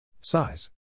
Size